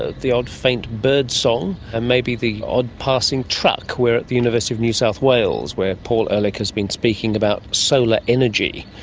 ah the odd faint birdsong and maybe the odd passing truck, we're at the university of new south wales where paul ehrlich has been speaking about solar energy.